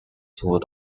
two